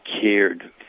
cared